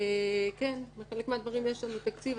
כן, לחלק מהדברים יש לנו תקציב.